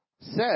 says